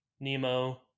nemo